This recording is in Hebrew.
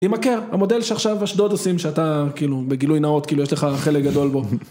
עם הקר, המודל שעכשיו אשדוד עושים שאתה כאילו בגילוי נאות, כאילו יש לך חלק גדול בו.